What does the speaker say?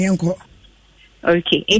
Okay